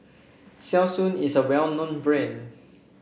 Selsun is a well known brand